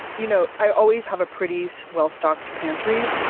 you know i always have a pretty well-stocked pantry,